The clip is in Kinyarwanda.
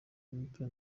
umupira